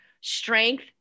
strength